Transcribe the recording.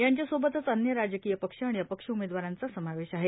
यांच्यासोबतच अन्य राजकीय पक्ष आणि अपक्ष उमेदवारांचा समावेश आहे